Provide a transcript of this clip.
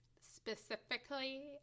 specifically